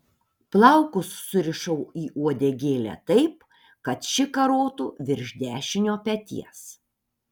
plaukus surišau į uodegėlę taip kad ši karotų virš dešinio peties